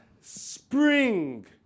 spring